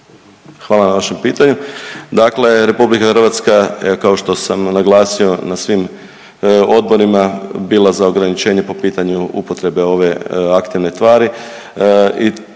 Hvala na vašem pitanju. Dakle, RH kao što sam naglasio na svim odborima bila za ograničenje po pitanju upotrebe ove aktivne tvari